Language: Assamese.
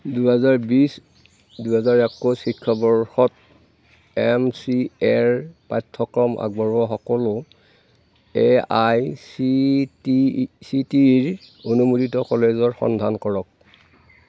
দুহেজাৰ বিশ দুহেজাৰ একৈছ শিক্ষাবৰ্ষত এম চি এ ৰ পাঠ্যক্ৰম আগবঢ়োৱা সকলো A I C T E C T ইৰ অনুমোদিত কলেজৰ সন্ধান কৰক